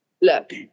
look